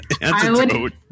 antidote